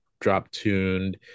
drop-tuned